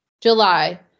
July